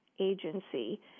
agency